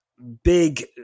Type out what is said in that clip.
Big